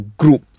group